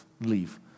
leave